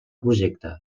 projecte